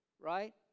right